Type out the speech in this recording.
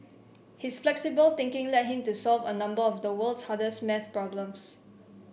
his flexible thinking led him to solve a number of the world's hardest math problems